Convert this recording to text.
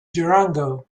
durango